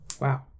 Wow